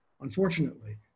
Unfortunately